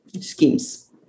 schemes